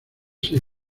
seis